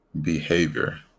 behavior